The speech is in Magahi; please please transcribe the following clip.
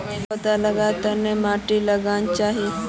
पौधा लाक कोद माटित लगाना चही?